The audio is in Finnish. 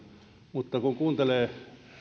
mutta kun kuuntelee